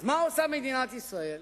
אז מה עושה מדינת ישראל?